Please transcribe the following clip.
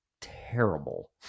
terrible